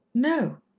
no,